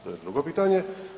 To je drugo pitanje.